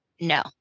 no